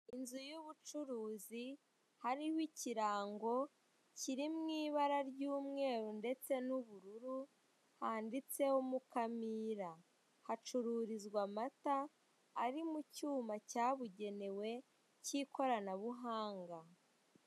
Inzu y'ubucuruzi hariho ikirango kiri mu ibara ry'umweru ndetse n'ubururu handitseho Mukamira, hacururizwa amata ari mu cyuma cyabugenewe cy'ikoranabuhanga.